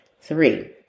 Three